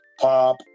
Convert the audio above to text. pop